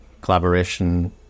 collaboration